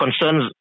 concerns